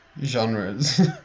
genres